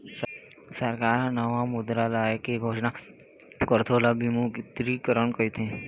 सरकार ह नवा मुद्रा लाए के घोसना करथे ओला विमुद्रीकरन कहिथें